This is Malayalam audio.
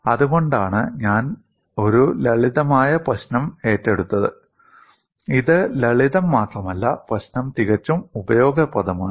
അതുകൊണ്ടാണ് ഞാൻ ഒരു ലളിതമായ പ്രശ്നം ഏറ്റെടുത്തത് ഇത് ലളിതം മാത്രമല്ല പ്രശ്നം തികച്ചും ഉപയോഗപ്രദമാണ്